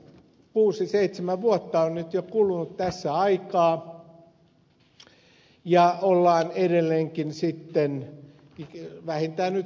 kuusi seitsemän vuotta on nyt jo kulunut tässä aikaa ja ollaan edelleenkin vähintään sormi suussa